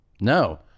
No